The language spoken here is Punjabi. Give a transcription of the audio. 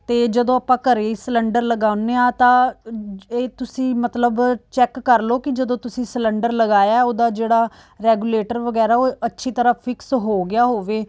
ਅਤੇ ਜਦੋਂ ਆਪਾਂ ਘਰ ਹੀ ਸਿਲੰਡਰ ਲਗਾਉਂਦੇ ਹਾਂ ਤਾਂ ਇਹ ਤੁਸੀਂ ਮਤਲਬ ਚੈੱਕ ਕਰ ਲਓ ਕਿ ਜਦੋਂ ਤੁਸੀਂ ਸਿਲੰਡਰ ਲਗਾਇਆ ਉਹਦਾ ਜਿਹੜਾ ਰੈਗੂਲੇਟਰ ਵਗੈਰਾ ਉਹ ਅੱਛੀ ਤਰ੍ਹਾਂ ਫਿਕਸ ਹੋ ਗਿਆ ਹੋਵੇ